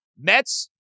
Mets